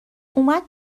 اومد